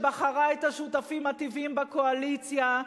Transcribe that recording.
שבחרה את השותפים הטבעיים בקואליציה,